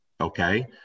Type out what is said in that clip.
okay